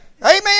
Amen